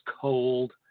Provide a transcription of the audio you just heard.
cold